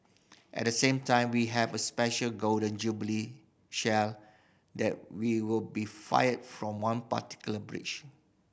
at the same time we have a special Golden Jubilee Shell that will be fired from one particular brige